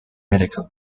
medical